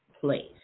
place